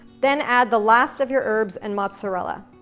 then add the last of your herbs and mozzarella.